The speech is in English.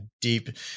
Deep